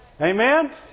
Amen